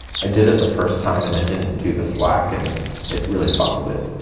i did it the first time and i didn't do the slack and it really buckled it.